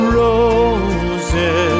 roses